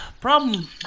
problem